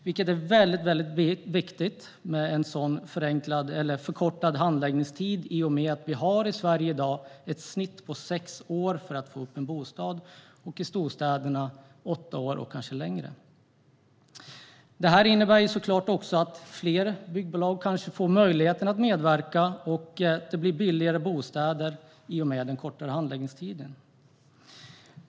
Det är väldigt viktigt med en sådan förkortad handläggningstid i och med att vi i Sverige i dag har ett snitt på sex år för att få upp en bostad, och i storstäderna är det åtta år och kanske längre. Detta innebär såklart också att fler byggbolag får möjlighet att medverka och att det blir billigare bostäder i och med den kortare handläggningstiden.